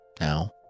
Now